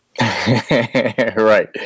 Right